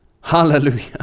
Hallelujah